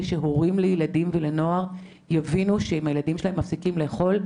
שהורים לילדים ונוער יבינו שאם הילדים שלהם מפסיקים לאכול,